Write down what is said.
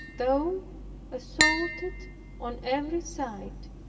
though assaulted on every side,